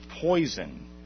poison